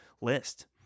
list